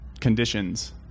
conditions